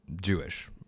Jewish